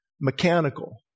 Mechanical